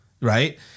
right